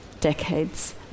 decades